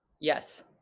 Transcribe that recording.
Yes